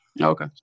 Okay